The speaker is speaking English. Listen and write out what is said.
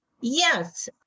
Yes